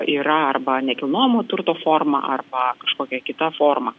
yra arba nekilnojamo turto forma arba kažkokia kita forma